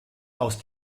aus